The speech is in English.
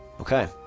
Okay